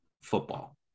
football